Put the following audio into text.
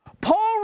Paul